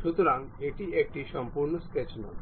সুতরাং এটি একটি সম্পূর্ণ স্কেচ নয়